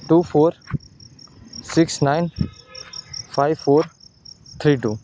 two four six nine five four three two